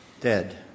dead